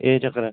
एह् चक्कर ऐ